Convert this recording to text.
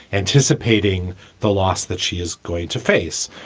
anticipating the loss that she is going to face.